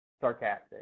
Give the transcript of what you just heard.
sarcastic